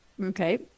okay